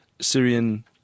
Syrian